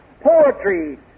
poetry